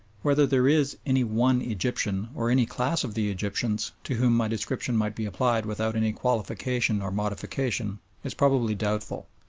whether there is any one egyptian, or any class of the egyptians, to whom my description might be applied without any qualification or modification is probably doubtful,